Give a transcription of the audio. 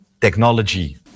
technology